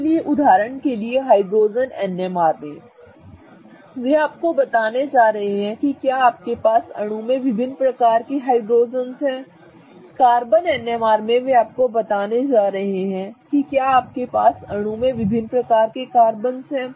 इसलिए उदाहरण के लिए हाइड्रोजन NMR में वे आपको बताने जा रहे हैं कि क्या आपके पास अणु में विभिन्न प्रकार के हाइड्रोजन हैं कार्बन NMR में वे आपको बताने जा रहे हैं कि क्या आपके पास अणु में विभिन्न प्रकार के कार्बन हैं